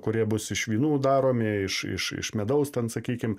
kurie bus iš vynų daromi iš iš iš medaus ten sakykim